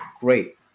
great